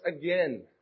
again